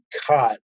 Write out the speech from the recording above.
cut